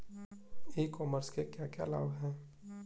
ई commerce के क्या क्या लाभ हैं?